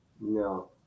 No